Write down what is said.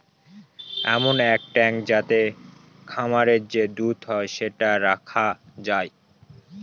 এমন এক ট্যাঙ্ক যাতে খামারে যে দুধ হয় সেটা রাখা যায়